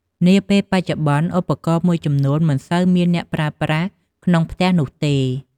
នាបច្ចុប្បន្នឧបករណ៍មួយចំនួនមិនសូវមានអ្នកប្រើប្រាស់ក្នុងផ្ទះនោះទេ។